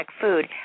food